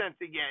again